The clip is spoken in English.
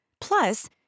Plus